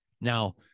Now